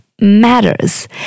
matters